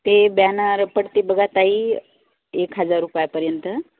ते ब्यानर पडते बघा ताई एक हजार रुपयापर्यंत